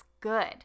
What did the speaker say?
good